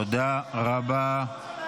תודה רבה.